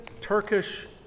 Turkish